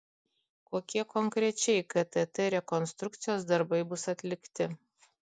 kokie konkrečiai ktt rekonstrukcijos darbai bus atlikti